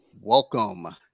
Welcome